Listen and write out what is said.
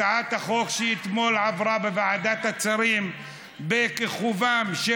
הצעת החוק שעברה אתמול בוועדת השרים בכיכובם של